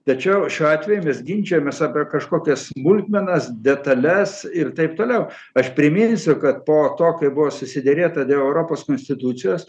tačiau šiuo atveju vis ginčijomės apie kažkokias smulkmenas detales ir taip toliau aš priminsiu kad po to kai buvo susiderėta dėl europos konstitucijos